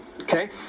okay